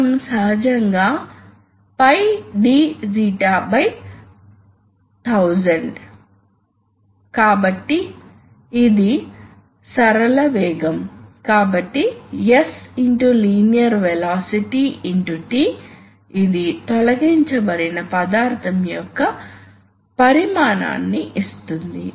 అదేవిధంగా మీరు time response ను చూస్తే మొత్తం ఎయిర్ మాస్ సిలిండర్ ఛాంబర్ లోకి కదులుతుంది మరియు సిలిండర్ చాంబర్ యొక్క సామర్థ్యం మరియు ఫ్లో రేటు మరియు ఎయిర్ మాస్ రేటును బట్టి వివిధ రకాలైన సమస్యలు ఉన్నాయి మీరు వాల్వ్ అకస్మాత్తుగా తెరిచిన తర్వాత మీరు ప్రెషర్ ని కొలిస్తే మీరు ప్రెషర్ వ్యత్యాసాన్ని సమయంతో చూస్తారు